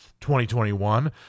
2021